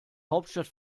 hauptstadt